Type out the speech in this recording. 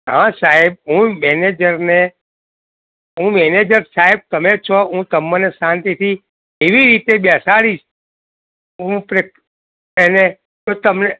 હા સાહેબ હું મેનેજરને હું મેનેજર સાહેબ તમે છો હું તમને શાંતિથી એવી રીતે બેસાડીશ હું પ્રે મેને તો તમે